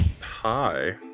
hi